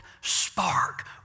spark